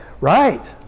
right